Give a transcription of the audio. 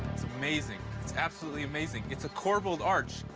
amazing. it's absolutely amazing. it's a corbelled arch.